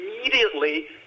immediately